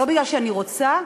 לא בגלל שאני רוצה,